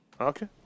Okay